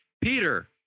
Peter